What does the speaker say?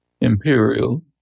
imperial